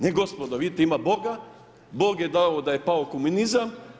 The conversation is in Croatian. Ne gospodo, vidite ima Boga, Bog je dao da je pao komunizam.